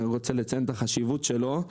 אני רוצה לציין את החשיבות שלו.